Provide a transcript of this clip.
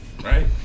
Right